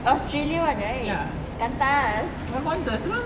australian one right qantas